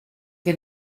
que